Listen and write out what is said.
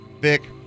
Vic